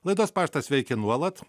laidos paštas veikia nuolat